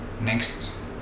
next